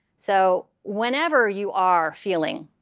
so whenever you are feeling